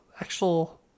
actual